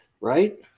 Right